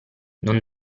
non